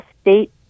state